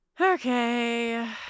Okay